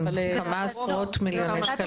כמה עשרות מיליוני שקלים.